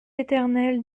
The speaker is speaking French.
éternel